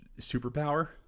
superpower